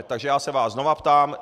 Takže já se vás znovu ptám.